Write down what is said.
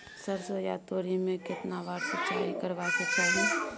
सरसो या तोरी में केतना बार सिंचाई करबा के चाही?